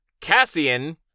Cassian